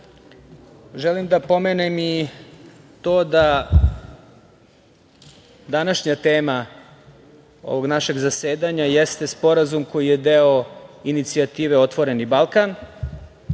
želim da pomenem i to da današnja tema ovog našeg zasedanja jeste Sporazum koji je deo inicijative „Otvoreni Balkan“,